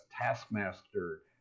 taskmaster